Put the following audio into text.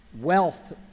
wealth